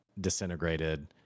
disintegrated